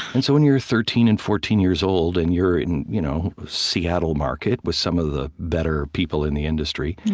and so when you're thirteen and fourteen years old, and you're in you know seattle market with some of the better people in the industry,